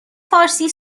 فارسی